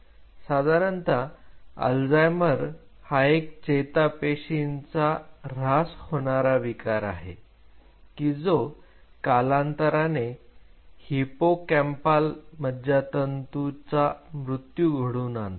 साधारणतः अल्झायमर हा एक चेता पेशींचा ऱ्हास होणारा विकार आहे कि जो कालांतराने हिप्पोकँपाल मज्जातंतूचा मृत्यू घडवून आणतो